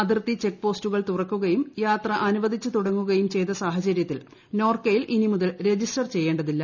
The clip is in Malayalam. അതിർത്തി ചെക്ക് പോസ്റ്റുകൾ തുറക്കുകയും യാത്ര അനുവദിച്ചു തുടങ്ങുകയും ചെയ്ത സാഹചര്യത്തിൽ നോർക്കയിൽ ഇനി മുതൽ രജിസ്റ്റർ ചെയ്യേണ്ടതില്ല